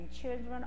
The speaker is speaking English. children